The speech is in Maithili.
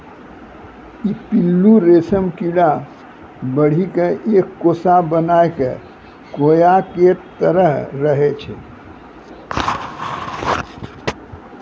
ई पिल्लू रेशम कीड़ा बढ़ी क एक कोसा बनाय कॅ कोया के तरह रहै छै